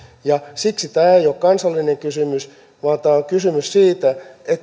siksi tämä ei ole kansallinen kysymys vaan tämä on kysymys siitä